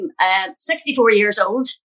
64-years-old